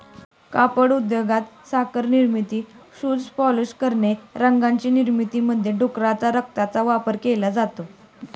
कापड उद्योगात, साखर निर्मिती, शूज पॉलिश करणे, रंगांच्या निर्मितीमध्ये डुकराच्या रक्ताचा वापर केला जातो